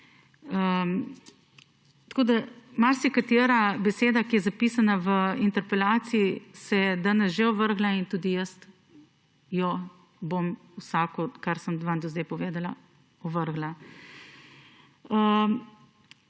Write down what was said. Tako da marsikatera beseda, ki je zapisana v interpelaciji, se je danes že ovrgla, in tudi jaz bom vsako z vsem do zdaj povedanim ovrgla.